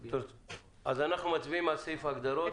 אז אנחנו מצביעים על סעיף ההגדרות.